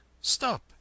Stop